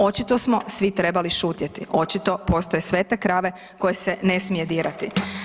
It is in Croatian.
Očito smo svi trebali šutjeti, očito postoje svete krave koje se ne smije dirati.